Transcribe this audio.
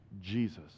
Jesus